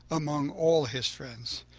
among all his friends,